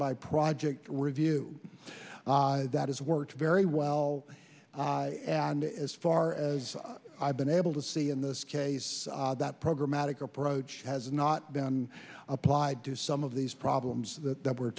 by project review that has worked very well and as far as i've been able to see in this case that programatic approach has not been applied to some of these problems that we're